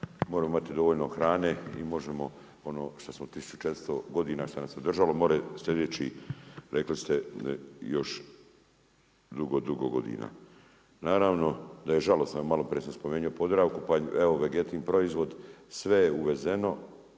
moramo imati dovoljno hrane i možemo ono što smo 1400 godina, što nas je držalo, može i sljedećih rekli i još dugo, dugo godina. Naravno da je žalosno, malo prije sam spomenuo Podravku, pa evo Vegetin proizvod sve je uvezeno,